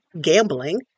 gambling